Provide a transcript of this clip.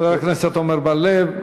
חבר הכנסת עמר בר-לב.